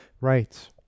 Right